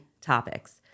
topics